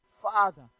Father